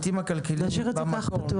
להשאיר את זה פתוח.